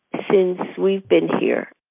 since we've been here.